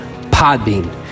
Podbean